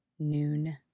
noon